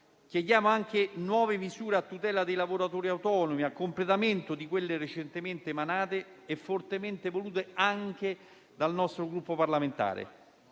Chiediamo anche nuove misure a tutela dei lavoratori autonomi, a completamento di quelle recentemente emanate e fortemente volute dal nostro Gruppo parlamentare.